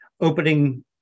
opening